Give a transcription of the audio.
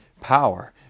power